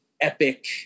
epic